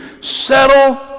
Settle